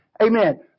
Amen